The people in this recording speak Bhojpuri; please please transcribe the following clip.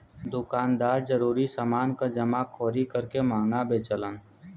दुकानदार जरूरी समान क जमाखोरी करके महंगा बेचलन